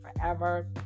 forever